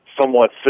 somewhat